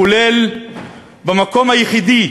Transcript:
כולל במקום היחידי